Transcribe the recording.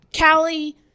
callie